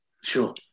Sure